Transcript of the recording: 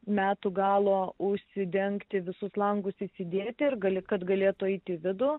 metų galo užsidengti visus langus įsidėti ir gali kad galėtų eit į vidų